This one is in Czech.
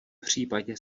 případě